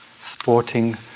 sporting